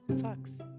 sucks